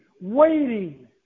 waiting